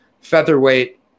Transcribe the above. Featherweight